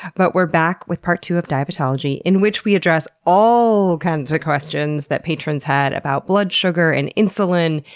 but we're back with part two of diabetology, in which we address all kinds of questions that patrons had about blood sugar, and insulin,